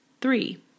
Three